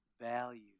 value